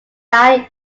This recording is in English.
are